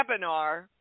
webinar